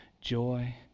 joy